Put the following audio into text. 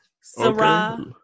Sarah